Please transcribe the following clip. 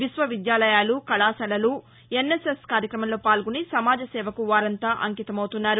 విశ్వవిద్యాలయాలు కళాశాలలు ఎన్ఎస్ఎస్ కార్యక్రమంలో పాల్గొని సమాజ సేవకు వారంతా అంకితమవుతున్నారు